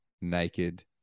naked